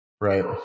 right